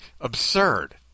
absurd